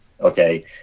Okay